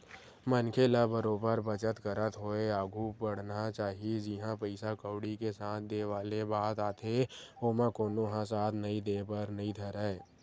मनखे ल बरोबर बचत करत होय आघु बड़हना चाही जिहाँ पइसा कउड़ी के साथ देय वाले बात आथे ओमा कोनो ह साथ नइ देय बर नइ धरय